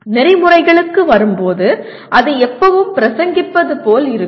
நெறிமுறைகளுக்கு வரும் போது அது எப்போதும் பிரசங்கிப்பது போல் இருக்கும்